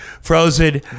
Frozen